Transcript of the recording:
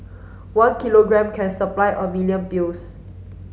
one kilogram can supply a million pills